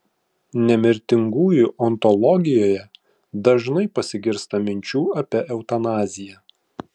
nemirtingųjų ontologijoje dažnai pasigirsta minčių apie eutanaziją